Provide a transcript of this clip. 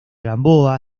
gamboa